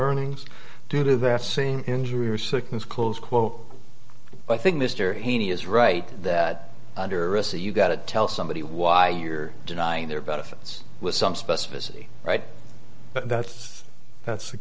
earnings due to that same injury or sickness close quote i think mr heaney is right that you got to tell somebody why you're denying their benefits with some specificity right but that's that's the